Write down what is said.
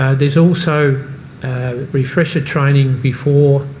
there's also refresher training before